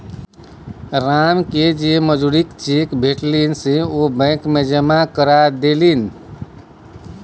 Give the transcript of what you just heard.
रामकेँ जे मजूरीक चेक भेटलनि से ओ बैंक मे जमा करा देलनि